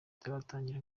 itaratangira